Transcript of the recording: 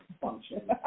function